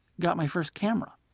got my first camera.